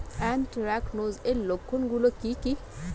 Anthracnose এর লক্ষণ গুলো কি কি?